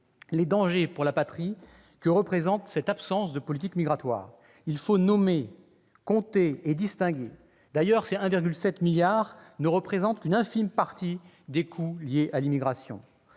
les dangers pour la patrie que représente cette absence de politique migratoire. Il faut nommer, compter et distinguer. D'ailleurs, ces 1,7 milliard d'euros ne représentent qu'une infime partie des coûts liés à l'immigration